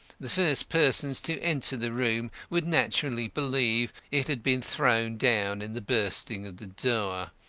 the first persons to enter the room would naturally believe it had been thrown down in the bursting of the door.